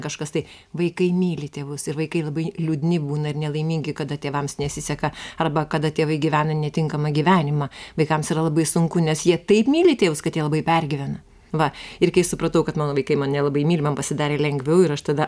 kažkas tai vaikai myli tėvus ir vaikai labai liūdni būna ir nelaimingi kada tėvams nesiseka arba kada tėvai gyvena netinkamą gyvenimą vaikams yra labai sunku nes jie taip myli tėvus kad jie labai pergyvena va ir kai supratau kad mano vaikai mane labai myli man pasidarė lengviau ir aš tada